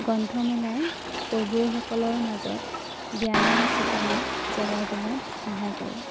গ্ৰন্থমেলাই পঢ়ুৱৈসকলৰ মাজত জ্ঞানৰ চেতনা জগাই তোলাত সহায় কৰে